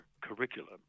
curriculum